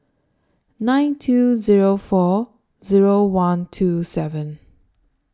nine two Zero four Zero one two seven